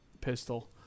pistol